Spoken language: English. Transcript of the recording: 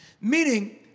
Meaning